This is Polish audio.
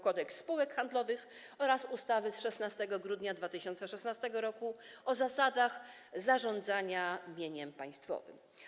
Kodeks spółek handlowych oraz ustawy z 16 grudnia 2016 r. o zasadach zarządzania mieniem państwowym.